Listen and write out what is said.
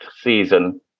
season